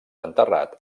enterrat